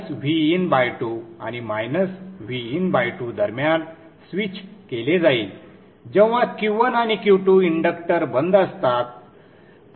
तर हे Vin2 आणि - Vin2 दरम्यान स्विच केले जाईल जेव्हा Q1 आणि Q2 इंडक्टर बंद असतात